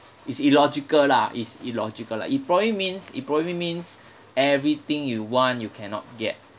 is illogical lah is illogical lah it probably means it probably means everything you want you cannot get